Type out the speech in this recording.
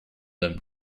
them